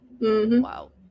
Wow